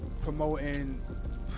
promoting